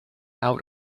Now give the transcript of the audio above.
out